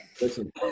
Listen